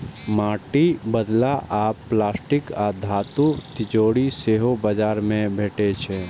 माटिक बदला आब प्लास्टिक आ धातुक तिजौरी सेहो बाजार मे भेटै छै